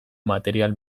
material